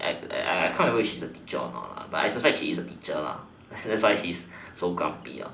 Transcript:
I I can't remember if she's a teacher or not but I suspect she is a teacher ah that's why she's so grumpy